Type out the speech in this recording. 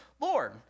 Lord